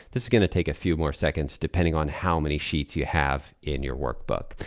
this is gonna take a few more seconds depending on how many sheets you have in your workbook.